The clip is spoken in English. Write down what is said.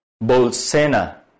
Bolsena